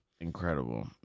Incredible